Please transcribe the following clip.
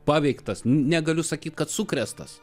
paveiktas negaliu sakyti kad sukrėstas